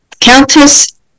Countess